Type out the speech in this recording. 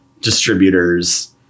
distributors